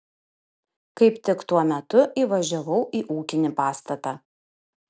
kaip tik tuo metu įvažiavau į ūkinį pastatą